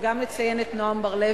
וגם לציין את נועם בר-לוי,